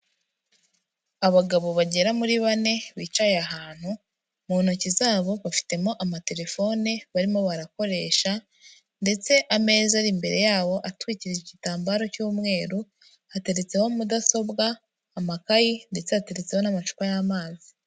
Abagabo bagera muri bane bicaye ahantu, mu ntoki zabo bafitemo amatelefone barimo barakoresha ndetse ameza ari imbere yabo atwikirije igitambaro cy'umweru, hateretseho mudasobwa, amakayi ndetse hateretseho n'amacupa y'amazi.